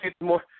more